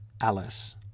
Alice